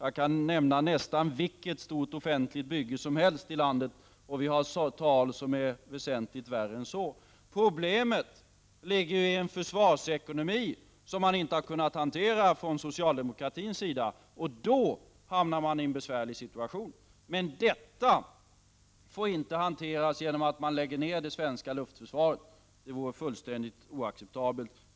Jag kan nämna nästan vilket stort offentligt bygge som helst i landet, där vi finner tal som är väsentligt värre än så. Problemet ligger i en försvarsekonomi som man inte har kunnat hantera från socialdemokratins sida, och då hamnar man i en besvärlig situation. Men detta får inte hanteras så att man lägger ned det svenska luftförsvaret. Det vore fullständigt oacceptabelt.